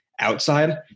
Outside